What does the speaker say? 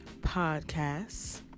podcasts